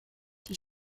die